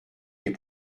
des